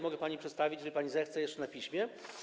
Mogę to pani przedstawić, jeżeli pani zechce, jeszcze na piśmie.